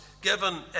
given